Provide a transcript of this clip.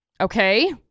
Okay